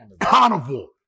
Carnival